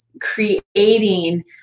Creating